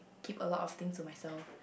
keep a lot of things to myself